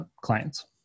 clients